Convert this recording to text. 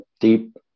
deep